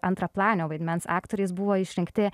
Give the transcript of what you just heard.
antraplanio vaidmens aktoriais buvo išrinkti